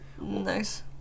Nice